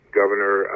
governor